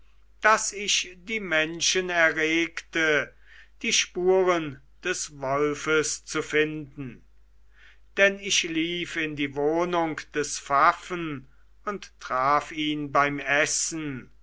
daß ich die menschen erregte die spuren des wolfes zu finden denn ich lief in die wohnung des pfaffen und traf ihn beim essen